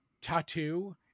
tattoo